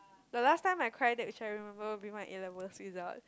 but last time I cry that which I remember would be my A-levels result